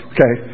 Okay